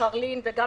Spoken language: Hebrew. קרלין וגם